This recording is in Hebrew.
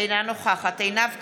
אינה נוכחת עינב קאבלה,